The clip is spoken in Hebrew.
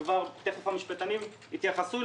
כפי שתיכף המשפטנים יתייחסו,